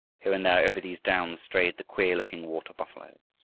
here and there over these downs strayed the queer-looking water-buffaloes.